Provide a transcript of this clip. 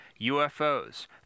UFOs